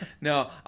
No